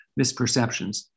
misperceptions